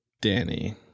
Danny